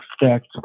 expect